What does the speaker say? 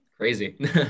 crazy